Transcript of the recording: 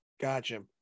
Gotcha